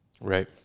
Right